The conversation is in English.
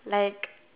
like